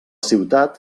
ciutat